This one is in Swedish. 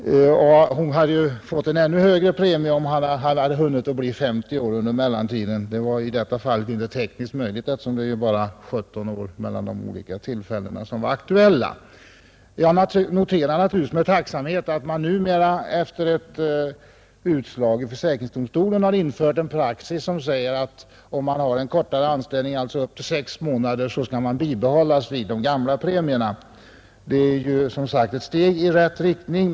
Hon hade fått en ännu högre premie om hon hade hunnit bli 50 år under mellantiden. Det var i detta fall inte tekniskt möjligt, eftersom det bara var 17 år mellan de olika tillfällen som var aktuella. Jag noterar naturligtvis med tacksamhet att det numera, efter ett utslag i försäkringsdomstolen, har införts en praxis som innebär att om man har en kortare anställning, upp till 6 månader, skall de gamla premierna bibehållas. Det är ett steg i rätt riktning.